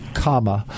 comma